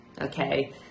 okay